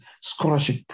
scholarship